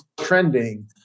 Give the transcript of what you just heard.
trending